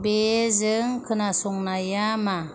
बे जों खोनासंनाया मा